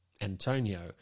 Antonio